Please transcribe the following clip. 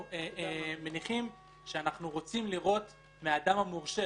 מניחים שאנחנו רוצים לראות מהאדם המורשה,